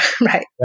right